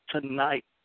tonight